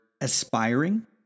aspiring